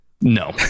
No